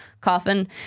coffin